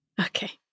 Okay